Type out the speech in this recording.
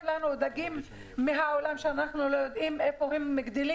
לנו דגים מהעולם שאנחנו לא יודעים איפה הם מגדלים